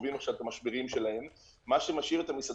חווים עכשיו את המשברים שלהם; מה שמשאיר את המסעדנים